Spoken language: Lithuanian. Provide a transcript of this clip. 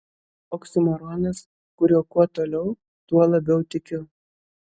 oksimoronas kuriuo kuo toliau tuo labiau tikiu